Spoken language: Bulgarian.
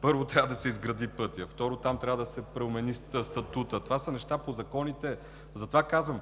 Първо, трябва да се изгради пътят, второ, там трябва да се промени статутът. Това са неща по законите. Затова казвам,